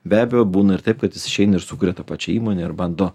be abejo būna ir taip kad jis išeina ir sukuria ta pačią įmonę ir bando